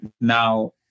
Now